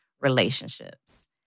relationships